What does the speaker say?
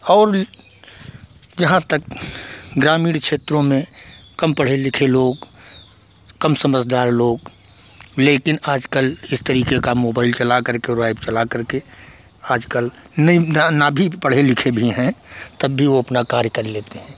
और भी जहाँ तक ग्रामीण क्षेत्रों में कम पढ़े लिखे लोग कम समझदार लोग लेकिन आजकल इस तरीके का मोबाइल चला करके और एप चला करके आजकल नहीं न ना भी पढ़े लिखे हैं तब भी वह अपना कार्य कर लेते हैं